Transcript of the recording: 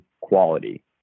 quality